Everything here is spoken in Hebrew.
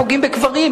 פוגעים בקברים,